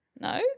no